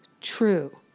true